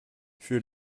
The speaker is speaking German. für